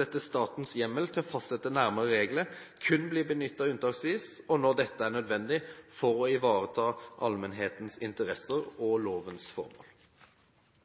at statens hjemmel til å fastsette nærmere regler kun blir benyttet unntaksvis, og når dette er nødvendig for å ivareta allmennhetens interesser og lovens formål.